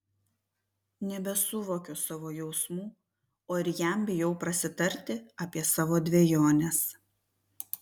nebesuvokiu savo jausmų o ir jam bijau prasitarti apie savo dvejones